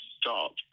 stop